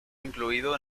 incluido